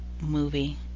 Movie